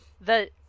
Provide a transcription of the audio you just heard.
The-